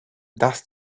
does